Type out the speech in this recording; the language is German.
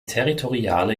territoriale